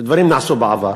הדברים נעשו בעבר,